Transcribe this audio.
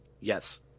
Yes